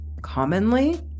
commonly